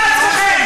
אתם פוגעים בעצמכם.